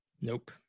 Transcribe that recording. Nope